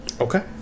Okay